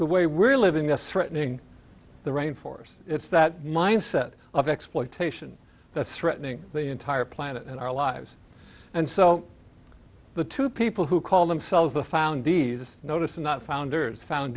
the way we're living the threatening the rainforest it's that mindset of exploitation the threatening the entire planet and our lives and so the two people who call themselves the found these notice not founders found